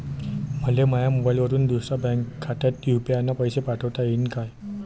मले माह्या मोबाईलवरून दुसऱ्या बँक खात्यात यू.पी.आय न पैसे पाठोता येईन काय?